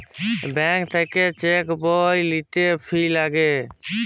bank থাক্যে cheque বই লিতে ফি লাগে